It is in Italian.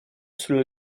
sulla